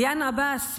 ביאן עבאס,